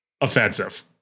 offensive